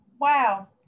Wow